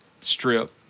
strip